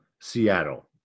Seattle